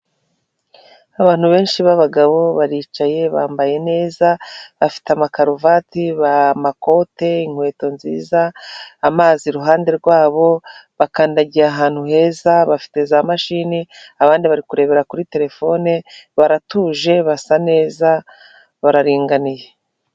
Abantu benshi b'abagabo baricaye, bambaye neza, bafite ama karuvati, b'amakote inkweto nziza, amazi iruhande rwabo bakandagiye ahantu heza, bafite za mashini abandi bari kurebera kuri terefone, baratuje basa neza bararinganiye.